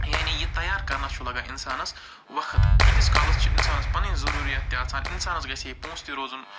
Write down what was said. یعنی یہِ تیار کرنَس چھُ لگان اِنسانَس وقت تیٖتِس کالَس چھِ اِنسانَس پَنٕنۍ ضٔروٗرِیات تہِ آسان اِنسانَس گژھِ ہے پونٛسہٕ تہِ روزُن